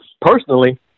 personally